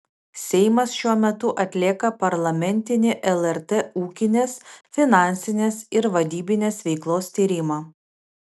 seimas šiuo metu atlieka parlamentinį lrt ūkinės finansinės ir vadybinės veiklos tyrimą